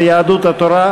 יהדות התורה,